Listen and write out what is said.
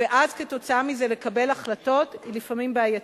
ואז כתוצאה מזה לקבל החלטות, היא לפעמים בעייתית.